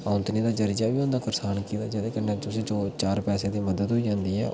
औंदनी दा जरिया बी होंदा ऐ करसानकी दा जेह्दे कन्नै तुसेंगी चार पैसे दी मदद होई जंदी ऐ